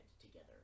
together